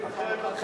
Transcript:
אחרת לא,